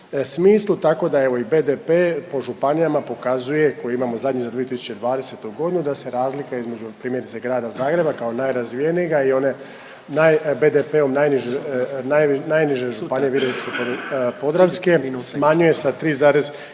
smislu. Tako da evo i BDP po županijama pokazuje koje imamo zadnje za 2020. godinu da se razlika između primjerice grada Zagreba kao najrazvijenijega i one BDP-u najniže županije Virovitičko-podravske smanjuje sa tri